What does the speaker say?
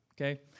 okay